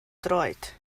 droed